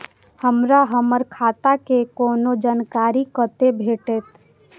हमरा हमर खाता के कोनो जानकारी कतै भेटतै?